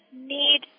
need